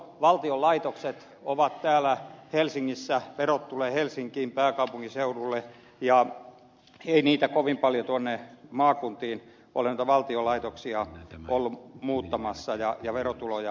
valtion laitokset ovat täällä helsingissä verot tulevat helsinkiin pääkaupunkiseudulle eikä niitä valtion laitoksia ole kovin paljon ollut tuonne maakuntiin muuttamassa ja verotuloja tuottamassa